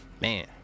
Man